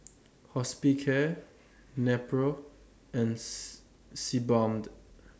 Hospicare Nepro and Sebamed